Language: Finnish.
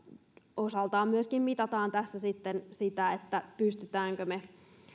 osaltaan myöskin mitataan tässä sitä pystymmekö me